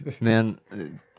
Man